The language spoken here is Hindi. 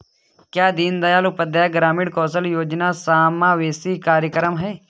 क्या दीनदयाल उपाध्याय ग्रामीण कौशल योजना समावेशी कार्यक्रम है?